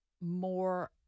more